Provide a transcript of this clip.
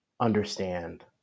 understand